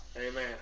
Amen